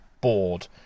bored